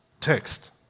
text